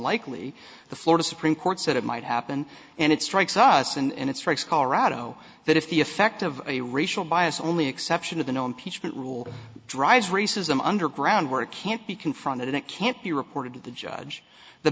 unlikely the florida supreme court said it might happen and it strikes us and it strikes colorado that if the effect of a racial bias only exception to the no impeachment rule drives racism underground where it can't be confronted it can't be reported to the judge the